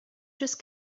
just